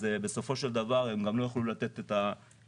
בסופו של דבר הן לא יוכלו לתת את מה